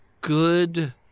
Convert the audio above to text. Good